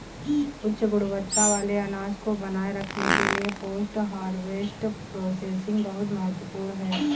उच्च गुणवत्ता वाले अनाज को बनाए रखने के लिए पोस्ट हार्वेस्ट प्रोसेसिंग बहुत महत्वपूर्ण है